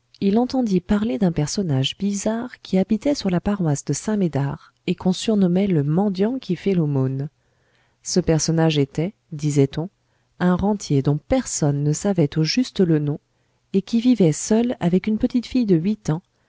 il entendit parler d'un personnage bizarre qui habitait sur la paroisse de saint-médard et qu'on surnommait le mendiant qui fait l'aumône ce personnage était disait-on un rentier dont personne ne savait au juste le nom et qui vivait seul avec une petite fille de huit ans